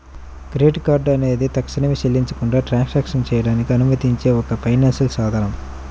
credit card అనేది తక్షణమే చెల్లించకుండా ట్రాన్సాక్షన్లు చేయడానికి అనుమతించే ఒక ఫైనాన్షియల్ సాధనం